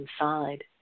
inside